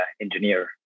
engineer